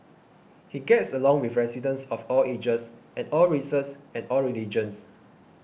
he gets along with residents of all ages and all races and all religions